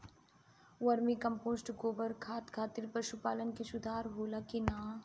Vermi compost गोबर खाद खातिर पशु पालन में सुधार होला कि न?